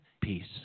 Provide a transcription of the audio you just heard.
peace